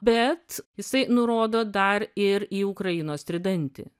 bet jisai nurodo dar ir į ukrainos tridantį